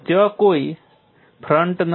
ત્યાં કોઈ crack front નથી